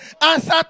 answer